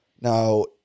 Now